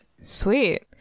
Sweet